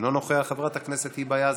אינו נוכח, חברת הכנסת היבה יזבק,